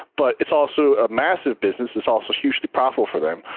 but it's also a massive business. it's also hugely profitable for them.